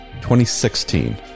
2016